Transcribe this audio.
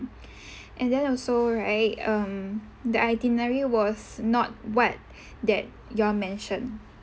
and then also right um the itinerary was not what that you all mentioned